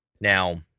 Now